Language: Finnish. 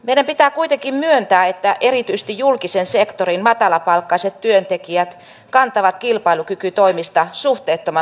meidän pitää kuitenkin myöntää että erityisesti julkisen sektorin matalapalkkaiset työntekijät kantavat kilpailukykytoimista suhteettoman suuren vastuun